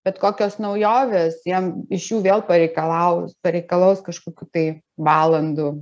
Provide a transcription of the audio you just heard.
bet kokios naujovės jiem iš jų vėl pareikalau pareikalaus kažkokių tai valandų